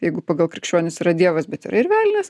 jeigu pagal krikščionis yra dievas bet yra ir velnias